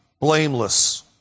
blameless